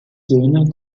söhne